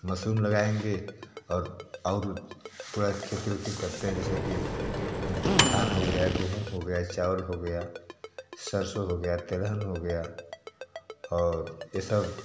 mushroom लगाएँगे और और पूरा खेती उती करते हैं जैसे कि धान हो गया गेहूँ हो गया चावल हो गया सरसों हो गया तिलहन हो गया और ये सब